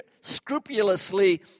scrupulously